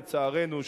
לצערנו,